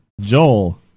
Joel